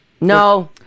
No